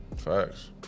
facts